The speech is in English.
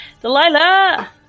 Delilah